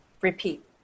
repeat